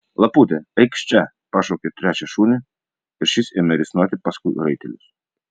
lapute eikš čia pašaukė trečią šunį ir šis ėmė risnoti paskui raitelius